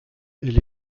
elle